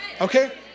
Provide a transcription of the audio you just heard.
Okay